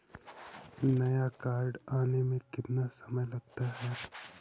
नया कार्ड आने में कितना समय लगता है?